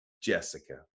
Jessica